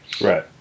Right